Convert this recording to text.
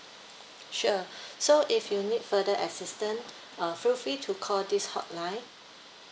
sure so if you need further assistant uh feel free to call this hotline